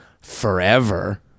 forever